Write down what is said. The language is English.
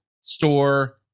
Store